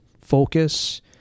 focus